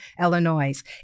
Illinois